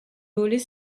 voler